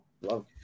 love